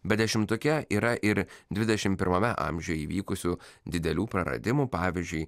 bet dešimtuke yra ir dvidešimt pirmame amžiuje įvykusių didelių praradimų pavyzdžiui